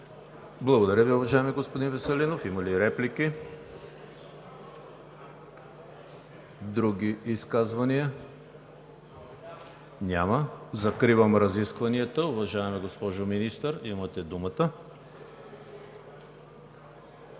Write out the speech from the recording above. Благодаря Ви, уважаеми господин Веселинов. Има ли реплики? Няма. Други изказвания? Няма. Закривам разискванията. Уважаема госпожо Министър, имате думата.